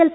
L